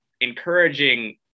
encouraging